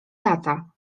lata